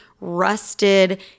rusted